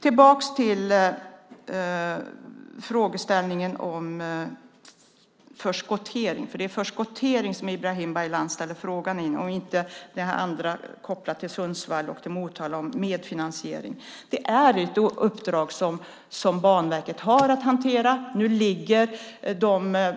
Tillbaka till frågeställningen om förskottering! Det är förskottering som Ibrahim Baylan frågar om, inte det här andra om medfinansiering, kopplat till Sundsvall och Motala. Detta är ett uppdrag som Banverket har att hantera. Arbetet med de